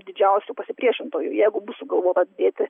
didžiausių pasipriešintojų jeigu bus sugalvota dėti